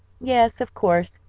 yes, of course,